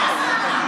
למה?